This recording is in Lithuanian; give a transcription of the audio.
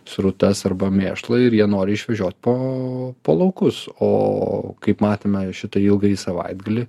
srutas arba mėšlą ir jie nori išvežiot po po laukus o kaip matėme šitą ilgąjį savaitgalį